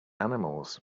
animals